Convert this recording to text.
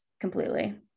completely